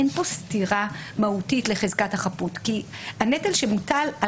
אין כאן סתירה מהותית לחזקת החפות כי הנטל שמוטל על